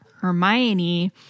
Hermione